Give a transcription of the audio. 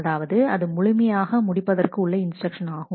அதாவது அது முழுமையான முடிப்பதற்கு உள்ள இன்ஸ்டிரக்ஷன் ஆகும்